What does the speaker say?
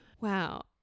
Wow